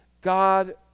God